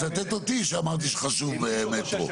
תצטט אותי שאמרתי שחשוב המטרו,